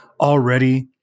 already